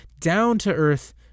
down-to-earth